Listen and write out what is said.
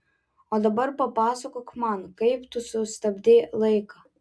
o dabar papasakok man kaip tu sustabdei laiką